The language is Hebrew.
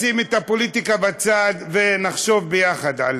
ואני מבקש לשים את הפוליטיקה בצד ולחשוב עליה יחד.